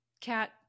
cat